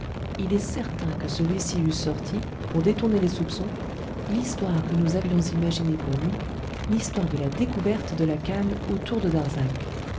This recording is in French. il est certain que celui-ci eût sorti pour détourner les soupçons l'histoire que nous avions imaginée pour lui l'histoire de la découverte de la canne autour de darzac